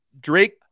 Drake